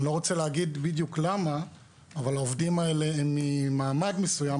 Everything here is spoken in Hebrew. אני לא רוצה להגיד בדיוק למה אבל העובדים האלה רובם באים ממעמד מסוים,